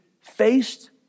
faced